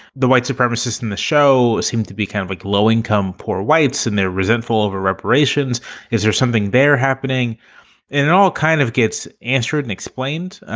the white supremacist in the show seem to be kind of like low income poor whites and they're resentful of a reparations is there something better happening in all kind of gets answered and explained?